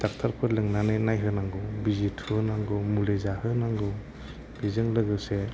डाक्टारफोर लिंनानै नायहोनांगौ बिजि थुहोनांगौ मुलि जाहोनांगौ बिजों लोगोसे